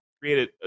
created